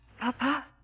Papa